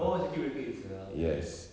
oh circuit breaker itself ya